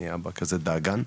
אני אבא כזה דאגן,